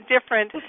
different